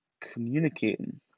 communicating